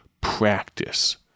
practice